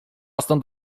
stąd